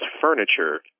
furniture